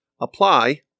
apply